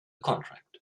contract